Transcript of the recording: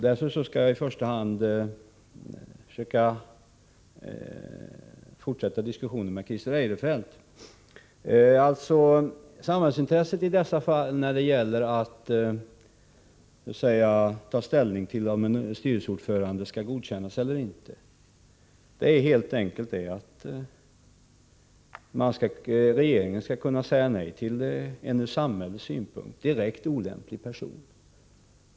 Därför skall jag i första hand fortsätta diskussionen med Christer Eirefelt. Samhällsintresset när det gäller att ta ställning till om en styrelseordförande skall godkännas eller inte innebär helt enkelt att regeringen skall kunna 155 säga nej till en från samhällets synpunkt direkt olämplig person.